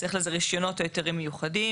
צריך לזה רישיונות או היתרים מיוחדים.